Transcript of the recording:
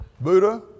Buddha